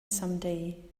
someday